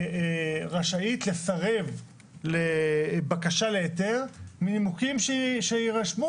ראשית לסרב לבקשה להיתר מנימוקים שיירשמו